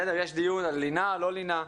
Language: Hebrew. יש דיון על לינה לא לינה.